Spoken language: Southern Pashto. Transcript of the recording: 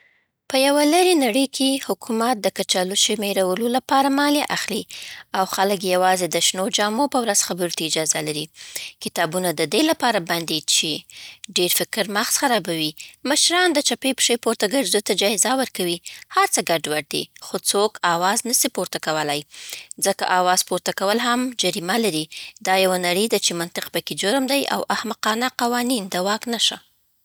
په یوه لرې نړۍ کې، حکومت د کچالو شمېرلو لپاره مالیه اخلي، او خلک یوازې د شنو جامو په ورځ خبرو ته اجازه لري. کتابونه د دې لپاره بند دي چې ډېر فکر مغز خرابوي. مشران د چپې پښې پورته ګرځېدو ته جایزه ورکوي. هر څه ګډوډ دي، خو څوک آواز نه سي پورته کولی ځکه آواز پورته کول هم جریمه لري. دا یوه نړی ده چې منطق پکې جرم دی، او احمقانه قوانین د واک نښه.